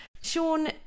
Sean